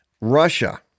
Russia